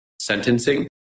sentencing